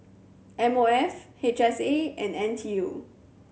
M O F H S A and N T U